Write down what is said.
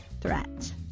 threat